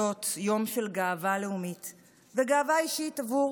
יום של גאווה לאומית וגאווה אישית עבור